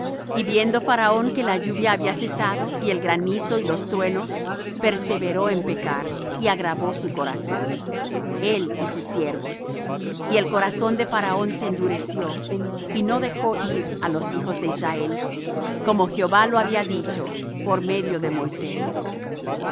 y viendo faraón que la lluvia había cesado y el granizo y los truenos perseveró en pecar y agravó su corazón él y sus siervos y el corazón de faraón se endureció y no dejó ir á los hijos de israel como jehová lo había dicho por medio de moisés